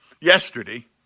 yesterday